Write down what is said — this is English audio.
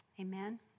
Amen